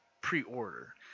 pre-order